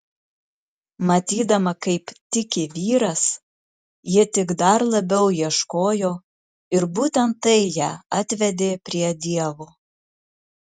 matydama kaip tiki vyras ji tik dar labiau ieškojo ir būtent tai ją atvedė prie dievo